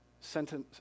Sentence